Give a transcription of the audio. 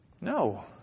No